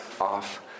off